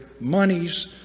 monies